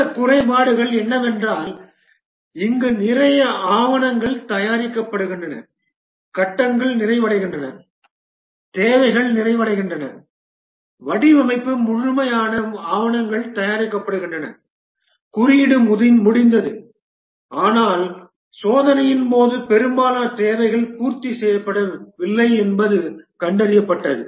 மற்ற குறைபாடுகள் என்னவென்றால் இங்கு நிறைய ஆவணங்கள் தயாரிக்கப்படுகின்றன கட்டங்கள் நிறைவடைகின்றன தேவைகள் நிறைவடைகின்றன வடிவமைப்பு முழுமையான ஆவணங்கள் தயாரிக்கப்படுகின்றன குறியீடு முடிந்தது ஆனால் சோதனையின் போது பெரும்பாலான தேவைகள் பூர்த்தி செய்யப்படவில்லை என்பது கண்டறியப்பட்டது